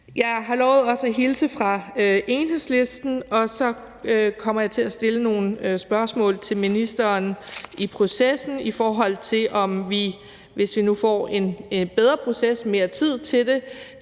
Jeg har lovet også at hilse fra Enhedslisten, og så kommer jeg til at stille nogle spørgsmål til ministeren i processen, i forhold til om vi, hvis vi nu får en bedre proces med mere tid til det,